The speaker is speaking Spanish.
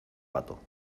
pato